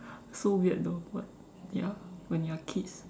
so weird though what ya when you are kids